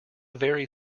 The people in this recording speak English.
very